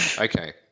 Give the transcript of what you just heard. Okay